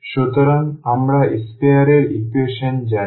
সুতরাং আমরা sphere এর ইকুয়েশন জানি